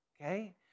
okay